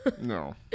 No